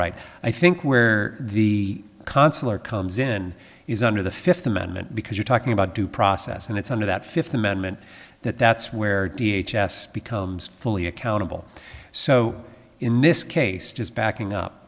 right i think where the consular comes in is under the fifth amendment because you're talking about due process and it's under that fifth amendment that that's where d h s s becomes fully accountable so in this case just backing up